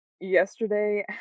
yesterday